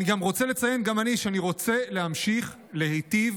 אני רוצה לציין שגם אני ארצה להמשיך להיטיב